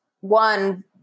One